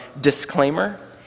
Disclaimer